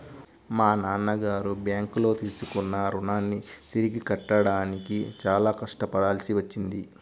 మా నాన్నగారు బ్యేంకులో తీసుకున్న రుణాన్ని తిరిగి కట్టడానికి చాలా కష్టపడాల్సి వచ్చింది